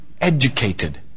educated